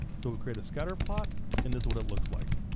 so we create a scatter plot and this what it looks like.